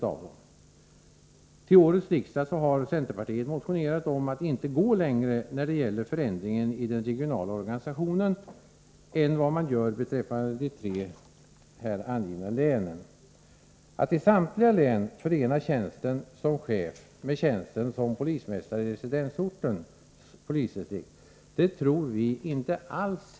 .av, dems Tillj årets riksdag har centerpartiet motionerat .om.att inte gå längre: när det gäller förändringen i den ixegionala organisationenrän, man, gör beträffande, de tre här angivna länensn Att! i samtliga, län, förena, tjänsten,|som,-chef.med ;tjänsten.som polismästare ii residensortens polisdistrikt-tror vi inte.